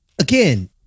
Again